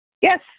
Yes